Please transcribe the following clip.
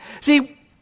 See